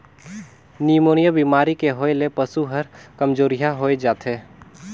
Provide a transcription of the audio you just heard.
pneumonia बेमारी के होय ले पसु हर कामजोरिहा होय जाथे